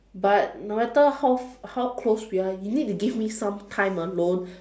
but no matter how how close we are you need to give me some time alone